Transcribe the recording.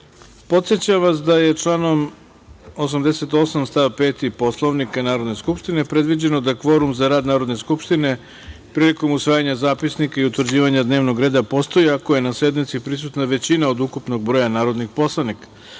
vas da je članom 88. stav 5. Poslovnika Narodne skupštine predviđeno da kvorum za rad Narodne skupštine prilikom usvajanja zapisnika i utvrđivanja dnevnog reda postoji ako je na sednici prisutna većina od ukupnog broja narodnih poslanika. Radi